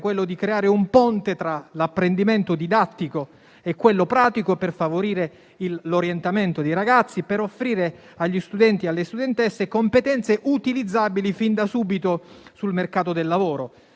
quello di creare un ponte tra l'apprendimento didattico e quello pratico per favorire l'orientamento dei ragazzi, per offrire agli studenti e alle studentesse competenze utilizzabili fin da subito sul mercato del lavoro;